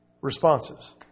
responses